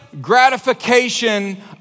gratification